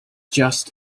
just